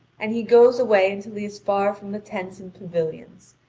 and he goes away until he is far from the tents and pavilions.